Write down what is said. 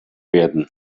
werden